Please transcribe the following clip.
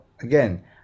again